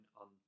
on